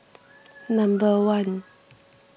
number one